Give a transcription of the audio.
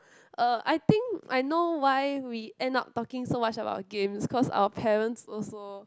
uh I think I know why we end up talking so much about games cause our parents also